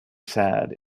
sad